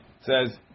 says